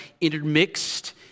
intermixed